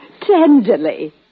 tenderly